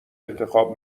انتخاب